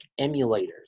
emulators